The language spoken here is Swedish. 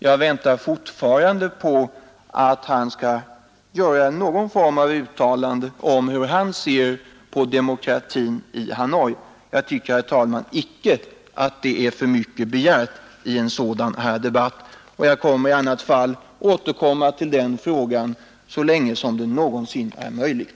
Jag väntar fortfarande på att han skall göra någon form av uttalande om hur han ser på demokratin i Hanoi. Jag tycker, herr talman, icke att det är för mycket begärt i en sådan här debatt, och jag kommer i annat fall att återkomma till den frågan så länge som det någonsin är möjligt.